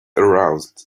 aroused